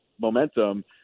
momentum